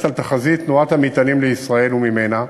על תחזית תנועת המטענים לישראל וממנה,